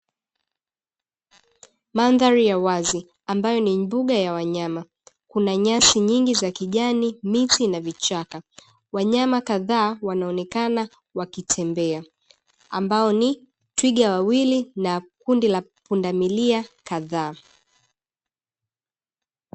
Madhari ya wazi ambayo ni mbuga ya wanyama kuna nyasi nyingi za kijani, miti na vichaka. Wanyama kadhaa wanaonekana wakitembea ambao ni twiga wawili na kundi la pundamilia kadhaa.